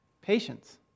Patience